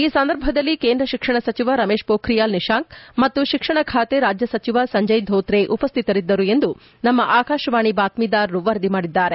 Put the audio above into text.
ಈ ಸಂದರ್ಭದಲ್ಲಿ ಕೇಂದ್ರ ಶಿಕ್ಷಣ ಸಚಿವ ರಮೇಶ್ ಪೋಖ್ರಿಯಾಲ್ ನಿಶಾಂಬ್ ಮತ್ತು ಶಿಕ್ಷಣ ಖಾತೆ ರಾಜ್ಯ ಸಚಿವ ಸಂಜಯ್ ಧೋತ್ರೆ ಉಪ್ಟಿತರಿದ್ದರು ಎಂದು ನಮ್ಮ ಆಕಾಶವಾಣಿ ಬಾತ್ನೀದಾರರು ವರದಿ ಮಾಡಿದ್ದಾರೆ